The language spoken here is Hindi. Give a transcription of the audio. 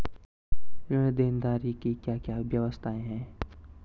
ऋण देनदारी की क्या क्या व्यवस्थाएँ हैं?